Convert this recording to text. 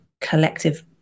collective